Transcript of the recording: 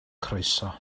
croeso